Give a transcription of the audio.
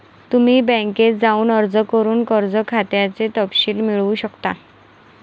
तुम्ही बँकेत जाऊन अर्ज करून कर्ज खात्याचे तपशील मिळवू शकता